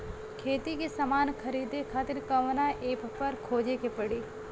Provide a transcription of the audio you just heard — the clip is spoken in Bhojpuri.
खेती के समान खरीदे खातिर कवना ऐपपर खोजे के पड़ी?